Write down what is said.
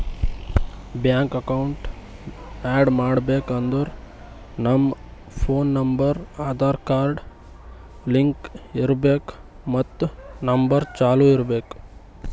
bank account add ಮಾಡ್ಬೇಕ್ ಅಂದುರ್ ನಮ್ ಫೋನ್ ನಂಬರ್ ಆಧಾರ್ ಕಾರ್ಡ್ಗ್ ಲಿಂಕ್ ಇರ್ಬೇಕ್ ಮತ್ ನಂಬರ್ ಚಾಲೂ ಇರ್ಬೇಕ್